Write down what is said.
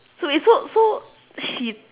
so is so so she